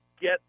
get